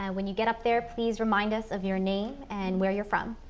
and when you get up there please remind us of your name and where you're from.